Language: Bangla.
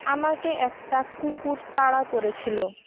আমাকে একটা কুকুর তাড়া করেছিল